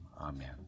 Amen